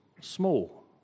small